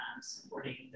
supporting